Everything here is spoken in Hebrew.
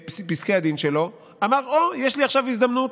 בפסקי הדין שלו, אמר: אוה, יש לי עכשיו הזדמנות.